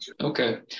Okay